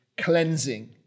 cleansing